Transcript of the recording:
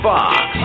Fox